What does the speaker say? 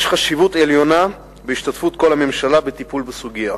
יש חשיבות עליונה להשתתפות כל הממשלה בטיפול בסוגיה.